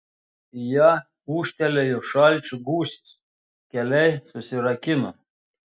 į ją ūžtelėjo šalčio gūsis keliai susirakino